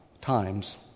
times